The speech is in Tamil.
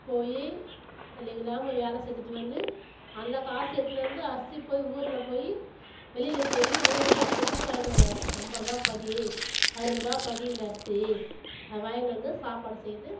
போய் அன்றைக்கு நாளெல்லாம் வேலை செய்துட்டு வந்து அந்த காசு எடுத்துன்னு வந்து அரிசி போய் ஊரில் போய் வெளியில் போய் நூறுரூபா கொடுத்து வாங்கிட்டு வருவாங்க ஐம்ப ருபாய் படி அறுரூபா படி இந்த அரிசி அதை வாங்கினு வந்து சாப்பாடு செய்து